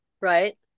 Right